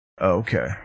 Okay